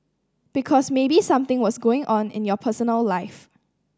because maybe something was going on in your personal life